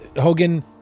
Hogan